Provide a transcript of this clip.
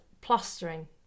plastering